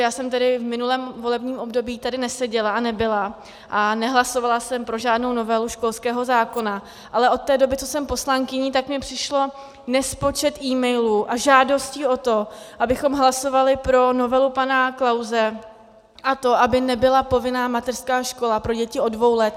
Já jsem tady v minulém volebním období neseděla a nebyla a nehlasovala jsem pro žádnou novelu školského zákona, ale od té doby, co jsem poslankyní, tak mi přišel nespočet emailů a žádostí o to, abychom hlasovali pro novelu pana Klause, a to aby nebyla povinná mateřská škola pro děti od dvou let.